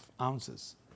ounces